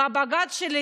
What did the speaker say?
ואת הבג"ץ שלי,